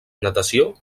natació